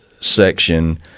section